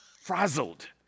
frazzled